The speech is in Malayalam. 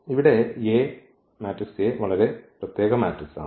ഇവിടെ A വളരെ പ്രത്യേക മാട്രിക്സണ്